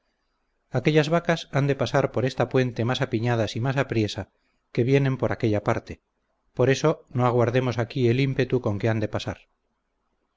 aquellas vacas han de pasar por esta puente más apiñadas y más apriesa que vienen por aquella parte por eso no aguardemos aquí el ímpetu con que han de pasar